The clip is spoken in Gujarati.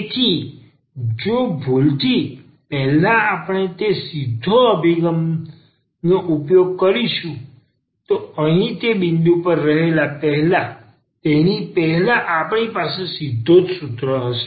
તેથી જો ભૂલથી પહેલા આપણે તે સીધી અભિગમનો ઉપયોગ કરીને અહીં તે બિંદુ પર જવા પહેલાં તેની પહેલાં આપણી પાસે સીધો સૂત્ર પણ છે